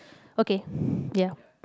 okay ya